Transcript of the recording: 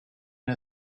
and